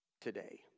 today